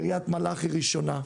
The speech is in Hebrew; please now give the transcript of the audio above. קריית מלאכי ראשונה,